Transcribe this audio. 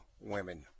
Women